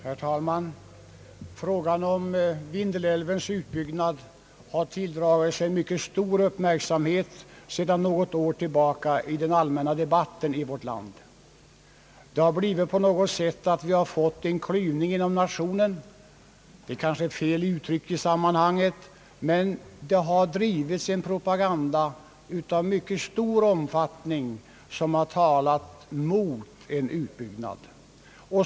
Herr talman! Frågan om Vindelälvens utbyggnad har sedan något år tilldragit sig mycket stor uppmärksamhet i den allmänna debatten i vårt land. Vi har där på något sätt fått en klyvning inom nationen. Det är kanske ett felaktigt uttryck i sammanhanget. Men det har i mycket stor omfattning propagerats mot en utbyggnad.